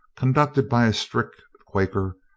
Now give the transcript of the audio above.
conducted by a strict quaker,